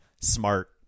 smart